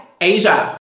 Asia